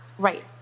Right